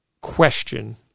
question